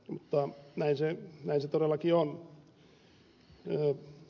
mutta näin se todellakin on